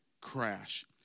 crash